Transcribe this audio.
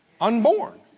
Unborn